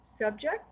subject